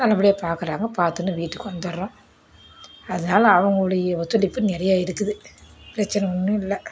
நல்ல படியாக பார்க்குறாங்க பார்த்துன்னு வீட்டுக்கு வந்துடுறோம் அதனால அவங்ளுடைய ஒத்துழைப்பு நிறையே இருக்குது பிரச்சின ஒன்றும் இல்லை